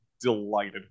delighted